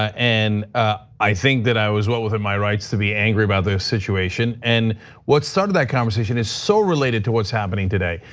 and i think that i was well within my rights to be angry about the situation. and what started that conversation is so related to what's happening today.